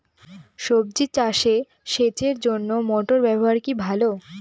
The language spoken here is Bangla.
সবজি চাষে সেচের জন্য মোটর ব্যবহার কি ভালো?